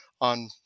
on